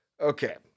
Okay